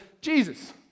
Jesus